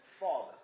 Father